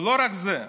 ולא רק זה,